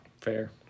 Fair